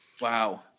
Wow